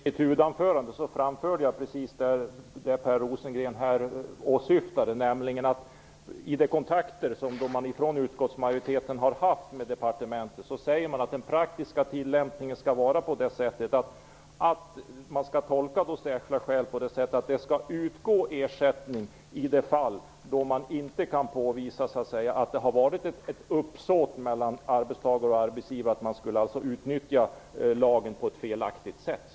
Herr talman! I mitt huvudanförande framförde jag precis det Per Rosengren åsyftar. Enligt de kontakter man från utskottsmajoritetens sida har haft med departementet skall den praktiska tillämpningen vara följande: detta med särskilda skäl skall tolkas så att det skall utgå ersättning i de fall då det inte kan påvisas att det har varit ett uppsåt mellan arbetstagare och arbetsgivare att utnyttja lagen på ett felaktigt sätt.